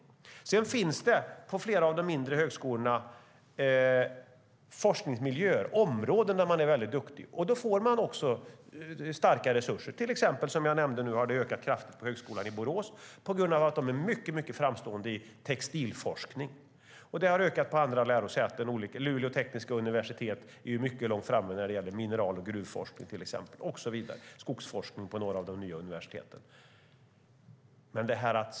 Det finns dock på flera av de mindre högskolorna forskningsmiljöer där man är väldigt duktig inom vissa områden. Då får man också starka resurser. Som jag nämnde har resurserna ökat kraftigt på Högskolan i Borås på grund av att de är mycket framstående i textilforskning. Resurserna har ökat också på andra lärosäten. Luleå tekniska universitet är till exempel mycket långt framme när det gäller mineral och gruvforskning, på några av de nya universiteten är man framstående inom skogsforskning och så vidare.